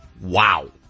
Wow